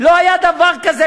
לא היה דבר כזה,